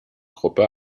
gruppe